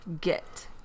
get